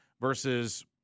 versus